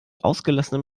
ausgelassenem